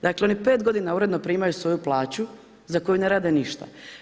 Dakle, oni pet godina uredno primaju svoju plaću za koju ne rade ništa.